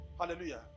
Hallelujah